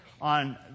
on